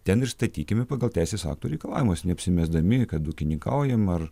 ten ir statykime pagal teisės aktų reikalavimus neapsimesdami kad ūkininkaujam ar